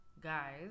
guys